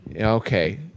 okay